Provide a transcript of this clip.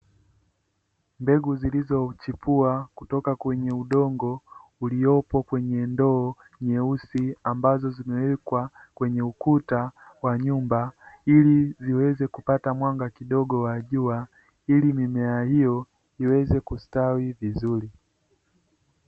Mbegu zilizo chipua kutoka kwenye udongo uliopo kwenye ndoo wa rangi nyeusi, ambazo zimewekwa kwenye ukuta wa nyumba ili uweze kupata mwanga kidogo wa jua ili mimea iyo iweze kustawi vizuri.